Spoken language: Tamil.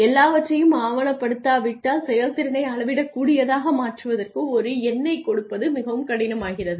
எல்லாவற்றையும் ஆவணப்படுத்தாவிட்டால் செயல்திறனை அளவிடக்கூடியதாக மாற்றுவதற்கு ஒரு எண்ணைக் கொடுப்பது மிகவும் கடினமாகிறது